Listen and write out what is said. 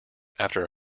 after